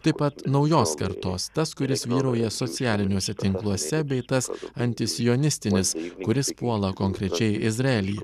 taip pat naujos kartos tas kuris vyrauja socialiniuose tinkluose bei tas antisionistinis kuris puola konkrečiai izraelį